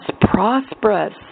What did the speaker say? prosperous